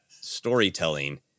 storytelling